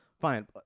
fine